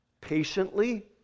patiently